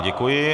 Děkuji.